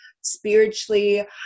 spiritually